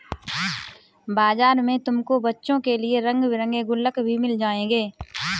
बाजार में तुमको बच्चों के लिए रंग बिरंगे गुल्लक भी मिल जाएंगे